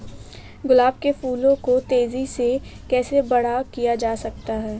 गुलाब के फूलों को तेजी से कैसे बड़ा किया जा सकता है?